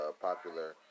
popular